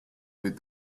with